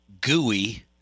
gooey